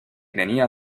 tenía